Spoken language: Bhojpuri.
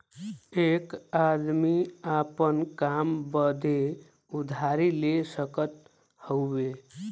एक आदमी आपन काम बदे उधारी ले सकत हउवे